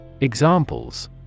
Examples